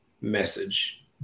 message